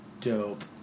dope